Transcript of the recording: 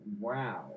wow